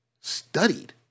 studied